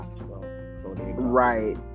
right